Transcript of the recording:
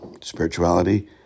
Spirituality